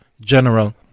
general